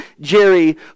Jerry